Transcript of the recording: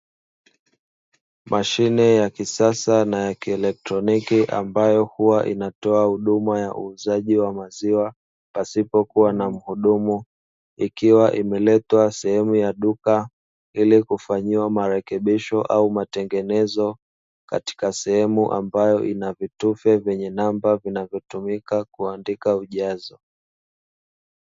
Mashine ya kisasa na ya kielektroniki, ambayo huwa inatoa huduma ya uuzaji wa maziwa pasipokuwa na mhudumu, ikiwa imeletwa sehemu ya duka ili kufanyiwa marekebisho au matengenezo katika seehemu ambayo ina vitufe vyenye namba vinavyotumika kuandika ujazo.